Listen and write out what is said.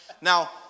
Now